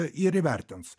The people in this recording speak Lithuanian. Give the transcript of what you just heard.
ir įvertins